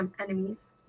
enemies